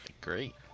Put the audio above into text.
great